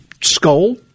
Skull